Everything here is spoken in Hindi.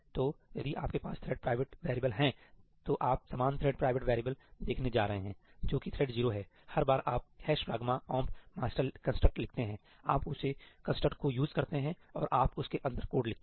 तो यदि आपके पास थ्रेड प्राइवेट वेरिएबल हैं तो आप समान थ्रेड प्राइवेट वेरिएबलदेखने जा रहे हैं जो कि थ्रेड 0 है हर बार आप ' pragma omp master' कंस्ट्रक्ट लिखते हैं आप उस कंस्ट्रक्ट को यूज करते हैं और आप उसके अंदर कोड लिखते हैं